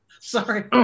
Sorry